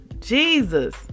Jesus